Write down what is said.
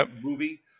movie